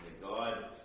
God